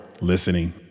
listening